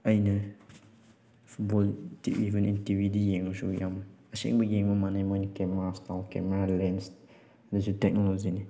ꯑꯩꯅ ꯐꯨꯠꯕꯣꯜ ꯏꯕꯟ ꯏꯟ ꯇꯤ ꯚꯤꯗ ꯌꯦꯡꯂꯁꯨ ꯌꯥꯝ ꯑꯁꯦꯡꯕ ꯌꯦꯡꯕꯒ ꯃꯥꯟꯅꯩ ꯃꯣꯏꯅ ꯀꯦꯃꯦꯔꯥꯁ ꯀꯦꯃꯦꯔꯥ ꯂꯦꯟꯁ ꯑꯗꯁꯨ ꯇꯦꯛꯅꯣꯂꯣꯖꯤꯅꯤ